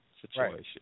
situation